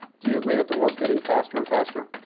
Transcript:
do you agree that the world's getting faster and faster?